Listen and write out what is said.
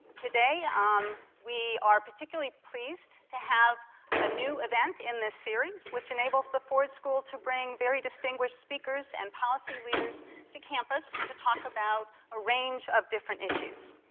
today um we are particularly pleased to have a new event in this series which enables the ford school to bring very distinguished speakers and policy leaders to campus to talk about a range of different issues.